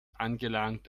angelangt